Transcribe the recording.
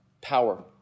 power